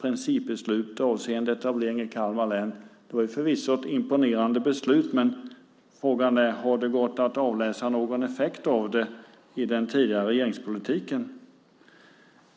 principbeslut avseende etablering av verksamheter i Kalmar län. Det var förvisso ett imponerande beslut, men frågan är: Har det gått att avläsa någon effekt av det i den tidigare regeringspolitiken?